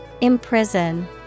Imprison